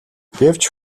гэвч